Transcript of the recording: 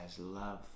love